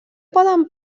poden